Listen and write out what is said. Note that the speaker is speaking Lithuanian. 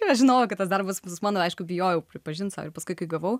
aš žinojau kad tas darbas bus mano aišku bijojau pripažint sau ir paskui kai gavau